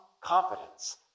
confidence